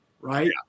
Right